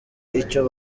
icyo